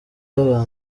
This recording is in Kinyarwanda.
aba